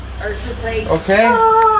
Okay